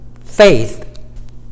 faith